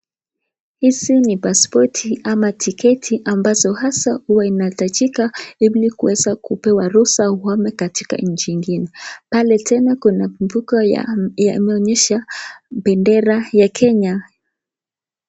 Hizi ni paspoti ama tiketi ambazo haswa huwa inahitajika ili kuweza kupewa ruhusa uhame katika nchi ingine. Pale tena, kuna kumbuko ya, imeonyesha bendera ya Kenya.